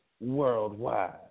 worldwide